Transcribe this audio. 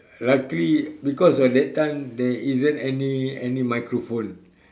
luckily because at that time there isn't any any microphone